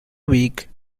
week